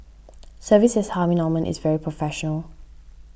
services Harvey Norman is very professional